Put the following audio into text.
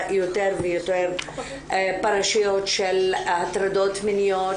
יותר ויותר פרשיות של הטרדות מיניות,